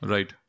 Right